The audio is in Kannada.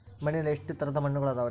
ಮಣ್ಣಿನಲ್ಲಿ ಎಷ್ಟು ತರದ ಮಣ್ಣುಗಳ ಅದವರಿ?